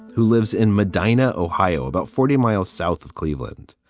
who lives in madinah, ohio, about forty miles south of cleveland.